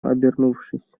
обернувшись